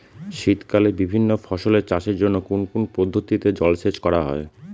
শীতকালে বিভিন্ন ফসলের চাষের জন্য কোন কোন পদ্ধতিতে জলসেচ করা হয়?